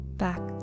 back